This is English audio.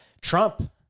Trump